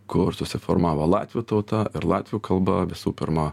kur susiformavo latvių tauta ir latvių kalba visų pirma